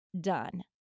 done